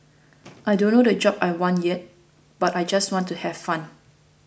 I don't know the job I want yet but I just want to have fun